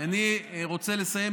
אני רוצה לסיים,